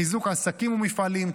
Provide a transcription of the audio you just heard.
חיזוק עסקים ומפעלים,